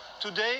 Today